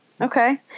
Okay